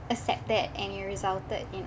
accept that and it resulted in